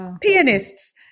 pianists